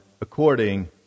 according